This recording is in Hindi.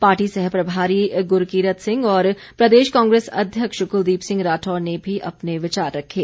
पार्टी सहप्रभारी गुरकीरत सिंह और प्रदेश कांग्रेस अध्यक्ष कुलदीप सिंह राठौर ने भी अपने विचार रखे